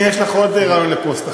הנה, יש לך עוד רעיון לפוסט עכשיו.